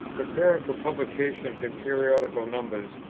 preparing for publication, in periodical numbers,